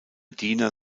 diener